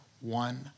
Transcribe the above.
one